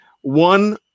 One